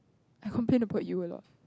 I complain about you a lot